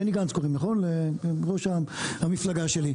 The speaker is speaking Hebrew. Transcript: בני גנץ קוראים לראש המפלגה שלי?